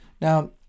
Now